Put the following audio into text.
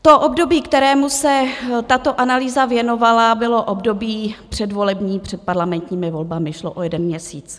To období, kterému se tato analýza věnovala, bylo období předvolební před parlamentními volbami, šlo o jeden měsíc.